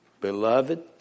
Beloved